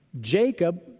Jacob